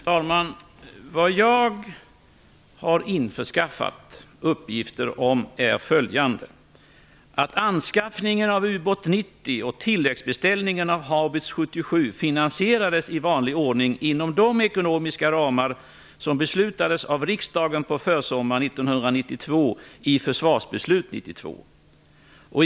Fru talman! Vad jag har införskaffat för uppgifter är följande. Anskaffningen av ubåt 90 och tilläggsbeställningen av haubits 77 finansierades i vanlig ordning inom de ekonomiska ramar som beslutades av riksdagen på försommaren 1992 i försvarsbeslutet 1992.